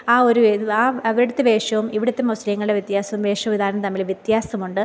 ആ ഒരു ഇത് ആ അവിടത്തെ വേഷവും ഇവിടത്തെ മുസ്ലീങ്ങളുടെ വ്യത്യാസം വേഷവിധാനം തമ്മിൽ വ്യത്യാസമുണ്ട്